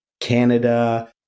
Canada